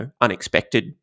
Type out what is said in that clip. unexpected